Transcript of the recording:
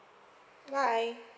bye